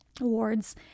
Awards